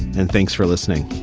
and thanks for listening